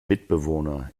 mitbewohner